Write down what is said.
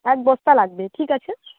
এক বস্তা লাগবে ঠিক আছে